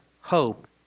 hope